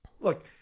look